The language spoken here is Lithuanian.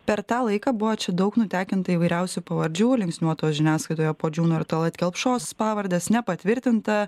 per tą laiką buvo čia daug nutekinta įvairiausių pavardžių linksniuotos žiniasklaidoje puodžiūno ir talat kelpšos pavardės nepatvirtinta